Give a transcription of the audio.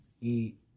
eat